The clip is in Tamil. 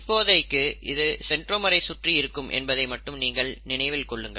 இப்போதைக்கு இது சென்ட்ரோமரை சுற்றி இருக்கும் என்பதை மட்டும் நீங்கள் நினைவில் கொள்ளுங்கள்